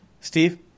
Steve